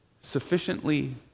sufficiently